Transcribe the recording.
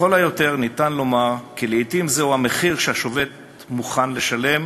לכל היותר אפשר לומר כי לעתים זהו המחיר שהשובת מוכן לשלם